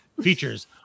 features